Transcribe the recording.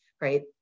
right